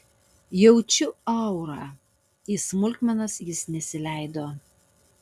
jaučiu aurą į smulkmenas jis nesileido